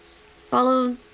follow